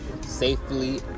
safely